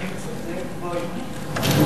חבר הכנסת זאב בוים,